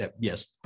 yes